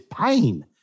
pain